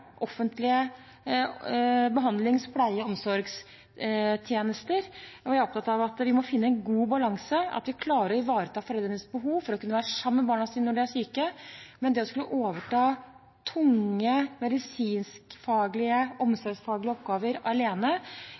offentlige behandlings-, pleie og omsorgstjenester. Vi er opptatt av at de må finne en god balanse, og at vi klarer å ivareta foreldrenes behov for å kunne være sammen med barna sine når de er syke. Men det å skulle overta tunge, medisinskfaglige, omsorgsfaglige oppgaver alene,